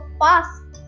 fast